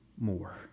more